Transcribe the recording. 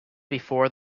before